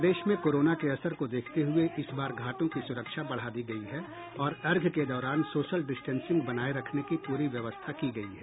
प्रदेश में कोरोना के असर को देखते हुए इस बार घाटों की सुरक्षा बढ़ा दी गयी है और अर्घ्य के दौरान सोशल डिस्टेंसिंग बनाये रखने की पूरी व्यवस्था की गयी है